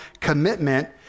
commitment